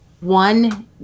one